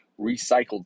recycled